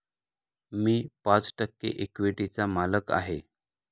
मी पाच टक्के इक्विटीचा मालक आहे